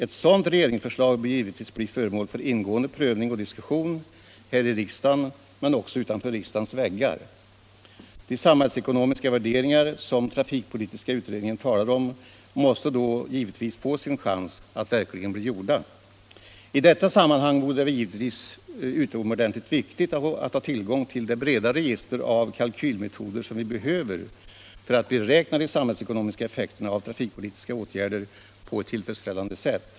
Ett sådant regeringsförslag bör givetvis bli föremål för ingående prövning och diskussion här i riksdagen men också utanför riksdagens väggar. De samhällsekonomiska värderingar som trafikpolitiska utredningen talar om måste då givetvis få sin chans att verkligen bli gjorda. I detta sammanhang vore det givetvis utomordentligt viktigt att ha tillgång till det breda register av kalkylmetoder som vi behöver för att beräkna de samhällsekonomiska effekterna av trafikpolitiska åtgärder på ett tillfredsställande sätt.